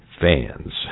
fans